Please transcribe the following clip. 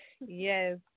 Yes